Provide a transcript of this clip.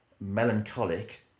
melancholic